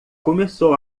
começou